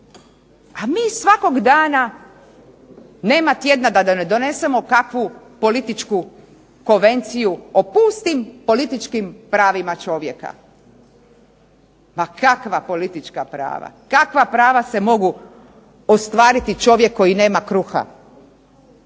a mi svakog dana nema tjedna da ne donesemo kakvu političku konvenciju o pustim političkim pravima čovjeka. Pa kakva politička prava, kakva prava se mogu ostvariti čovjek koji nema kruha!?